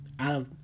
Out